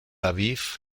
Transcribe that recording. aviv